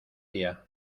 día